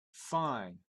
fine